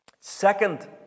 Second